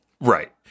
Right